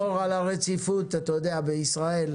ולשמור על הרציפות בישראל,